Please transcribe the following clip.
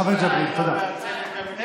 חבר הכנסת ג'בארין, תודה.